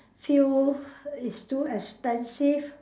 feel is too expensive